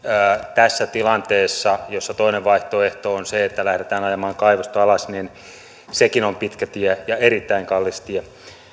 tässä tilanteessa jossa toinen vaihtoehto on se että lähdetään ajamaan kaivosta alas sekin on pitkä tie ja erittäin kallis tie